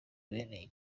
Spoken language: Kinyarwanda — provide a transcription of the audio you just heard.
bene